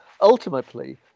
ultimately